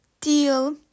deal